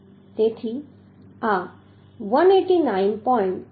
તેથી આ 189